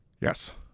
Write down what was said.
Yes